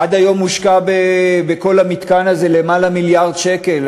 עד היום הושקעו בכל המתקן הזה למעלה ממיליארד שקל,